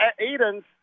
Edens